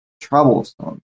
troublesome